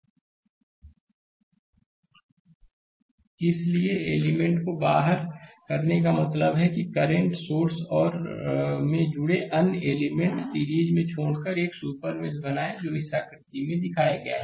slide समय देखें 2101 इस एलिमेंट को बाहर करने का मतलब है कि करंट सोर्स और में जुड़े अन्य एलिमेंट सीरीज को छोड़कर एक सुपर मेष बनाएं जो इसे इस आकृति में दिखाया गया है